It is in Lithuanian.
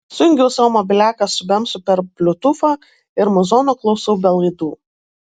sujungiau savo mobiliaką su bemsu per bliutūfą ir muzono klausau be laidų